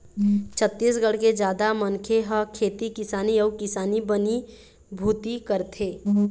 छत्तीसगढ़ के जादा मनखे ह खेती किसानी अउ किसानी बनी भूथी करथे